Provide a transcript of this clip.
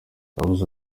yavuze